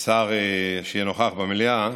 שר שיהיה נוכח במליאה,